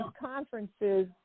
conferences